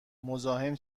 مزاحم